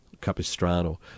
Capistrano